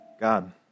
god